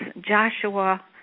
Joshua